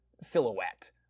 silhouette